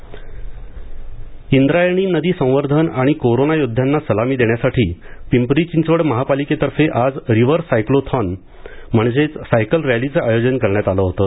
river cyclothon Indrayani नदी संवर्धन आणि कोरोना योदध्यांना सलामी देण्यासाठी पिंपरी चिंचवड महापालिकेतर्फे आज रिव्हर सायक्लोथॉन म्हणजेच सायकल रॅलीचं आयोजन करण्यात आलं होतं